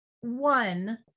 One